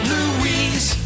Louise